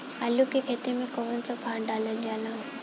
आलू के खेती में कवन सा खाद डालल जाला?